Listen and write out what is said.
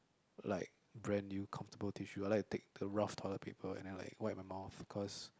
like brand new comfortable tissue I like to take the rough toilet paper and then like wipe my mouth cause